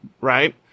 right